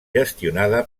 gestionada